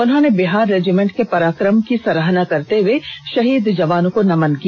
उन्होंने बिहार रेजिमेंट के पराक्रम की सराहना करते हुए शहीद जवानों को नमन किया